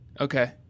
okay